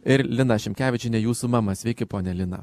ir lina šimkevičienė jūsų mama sveiki ponia lina